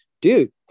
dude